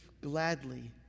Gladly